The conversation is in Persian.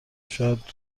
شاید